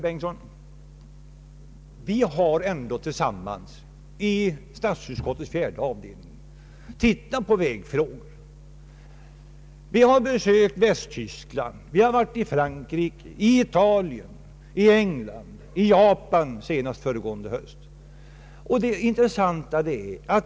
Men, herr Bengtson, vi har i statsutskottets fjärde avdelning varit ute och rest och tittat på vägnäten. Vi har besökt Västtyskland, Frankrike, Italien, England och senast Japan föregående höst.